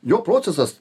jo procesas